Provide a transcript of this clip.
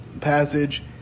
passage